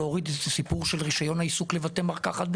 להוריד את הסיפור של רישיון העיסוק לבתי מרקחת,